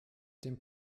dem